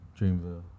Dreamville